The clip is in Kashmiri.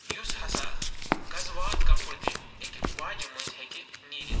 یُس ہسا غزوات کَپر تہِ اَکہِ واجہِ منٛزۍ ہیٚکہِ نیٖرِتھ